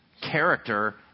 Character